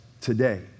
today